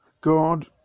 god